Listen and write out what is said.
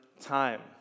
time